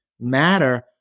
matter